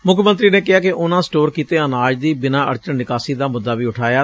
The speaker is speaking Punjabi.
ਮੁੱਖ ਮੰਤਰੀ ਨੇ ਕਿਹਾ ਕਿ ਉਨ੍ਹਾਂ ਸਟੋਰ ਕੀਤੇ ਅਨਾਜ਼ ਦੀ ਬਿਨ੍ਹਾਂ ਅਤਚਨ ਨਿਕਾਸੀ ਦਾ ਮੁੱਦਾ ਵੀ ਉਠਾਇਆ